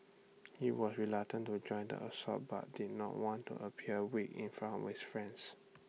he was reluctant to join in the assault but did not want appear weak in front of his friends